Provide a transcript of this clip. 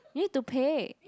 you need to pay